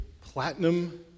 Platinum